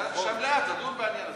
שהמליאה תדון בעניין הזה,